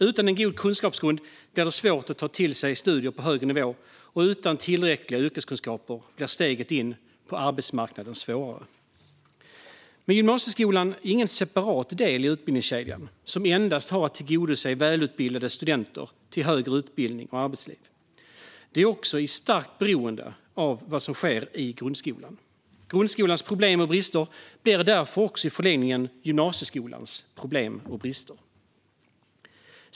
Utan en god kunskapsgrund blir det svårt att ta till sig studier på hög nivå, och utan tillräckliga yrkeskunskaper blir steget in på arbetsmarknaden svårare. Men gymnasieskolan är ingen separat del i utbildningskedjan som endast har att tillhandahålla välutbildade studenter till högre utbildning och arbetsliv. Den är också starkt beroende av vad som sker i grundskolan. Grundskolans problem och brister leder därför också i förlängningen till gymnasieskolans problem och brister.